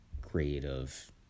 creative